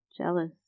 jealous